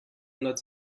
ändert